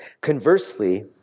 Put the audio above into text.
Conversely